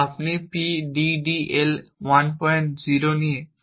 আপনি PDDL 10 দিয়ে শুরু করুন